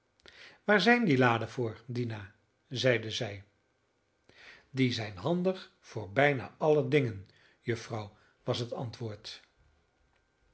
waar zijn die laden voor dina zeide zij die zijn handig voor bijna alle dingen juffrouw was het antwoord